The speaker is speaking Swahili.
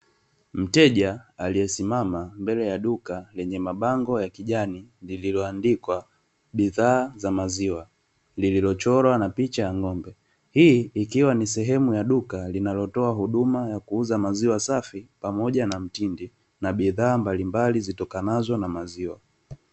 Mteja aliyesimama mbele ya duka lenye mabango ya kijani lililoandikwa bidhaa za maziwa, lililochorwa na picha ya ng'ombe hii ikiwa ni sehemu ya duka linalotoa huduma ya kuuza maziwa safi, pamoja na mtindi na bidhaa mbalimbali zitokanazo na maziwa.